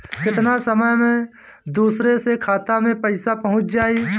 केतना समय मं दूसरे के खाता मे पईसा पहुंच जाई?